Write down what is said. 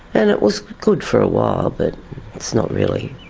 and it was good for a while, but it's not really,